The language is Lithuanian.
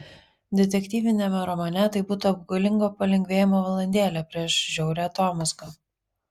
detektyviniame romane tai būtų apgaulingo palengvėjimo valandėlė prieš žiaurią atomazgą